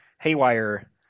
haywire